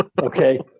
Okay